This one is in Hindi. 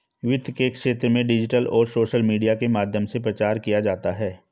वित्त के क्षेत्र में डिजिटल और सोशल मीडिया के माध्यम से प्रचार किया जाता है